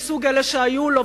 מסוג אלה שהיו לו,